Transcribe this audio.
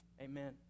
Amen